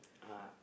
uh